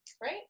right